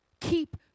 Keep